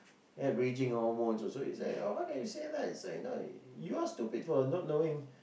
had raging hormones also is like okay you say like so right now you're stupid for not knowing